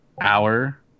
hour